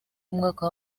umwaka